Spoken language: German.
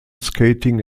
skating